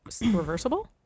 reversible